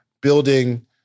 building